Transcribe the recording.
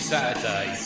Saturday